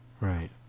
Right